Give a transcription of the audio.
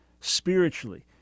spiritually